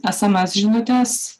sms žinutės